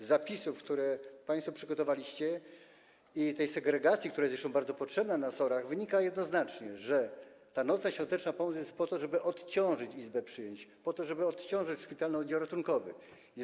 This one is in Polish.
Z zapisów, które państwo przygotowaliście, i tej segregacji, która jest zresztą bardzo potrzebna na SOR-ach, wynika jednoznacznie, że ta nocna i świąteczna pomoc jest po to, żeby odciążyć izbę przyjęć, żeby odciążyć szpitalne oddziały ratunkowe.